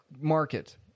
market